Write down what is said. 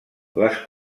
les